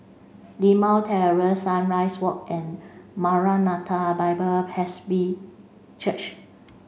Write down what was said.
Limau Terrace Sunrise Walk and Maranatha Bible Presby Church